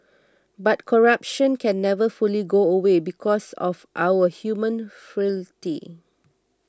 but corruption can never fully go away because of our human frailty